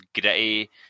gritty